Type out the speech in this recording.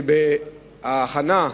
שבהכנה,